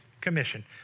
commission